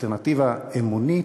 אלטרנטיבה אמונית,